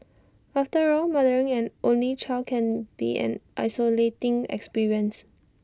after all mothering an only child can be an isolating experience